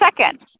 second